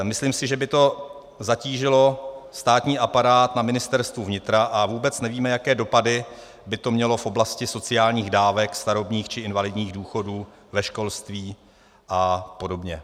Myslím si, že by to zatížilo státní aparát na Ministerstvu vnitra, a vůbec nevíme, jaké dopady by to mělo v oblasti sociálních dávek, starobních či invalidních důchodů, ve školství a podobně.